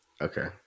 Okay